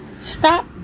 Stop